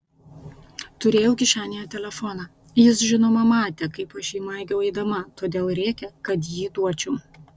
turėjau kišenėje telefoną jis žinoma matė kaip aš jį maigiau eidama todėl rėkė kad jį duočiau